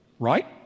right